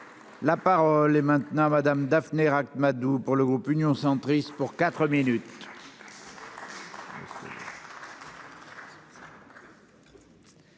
La parole est maintenant Madame. Daphné Ract-Madoux pour le groupe Union centriste pour 4 minutes.